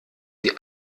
die